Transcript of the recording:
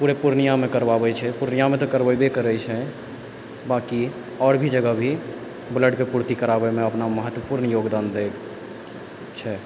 पूरे पूर्णियामे करबाबै छै पूर्णियामे तऽ करबेबे करै छै बाँकी आओर भी जगह भी ब्लडके पूर्ति कराबैमे अपना महत्वपूर्ण योगदान दै छै